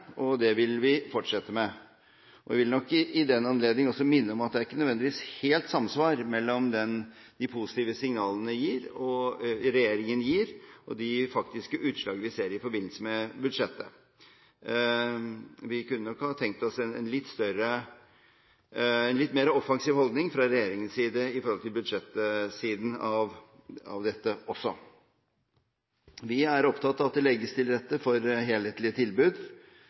og det vil vi fortsette med. Jeg vil nok i den anledning også minne om at det er ikke nødvendigvis helt samsvar mellom de positive signalene regjeringen gir, og de faktiske utslag vi ser i forbindelse med budsjettet. Vi kunne nok ha tenkt oss en litt mer offensiv holdning fra regjeringens side opp mot budsjettsiden av dette også. Vi er opptatt av at det legges til rette for helhetlige tilbud,